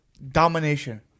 domination